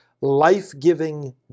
life-giving